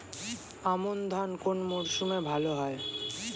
আমন ধান কোন মরশুমে ভাল হয়?